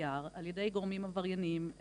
תייר על ידי גורמים עברייניים ישראלים,